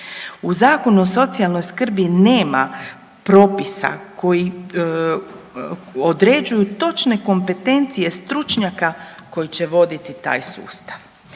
U Zakonu o socijalnoj skrbi nema propisa koji određuju točne kompetencije stručnjaka koji će voditi taj sustav.